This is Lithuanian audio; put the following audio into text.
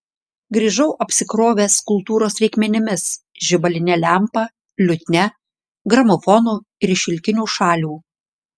grįžau apsikrovęs kultūros reikmenimis žibaline lempa liutnia gramofonu ir šilkiniu šalių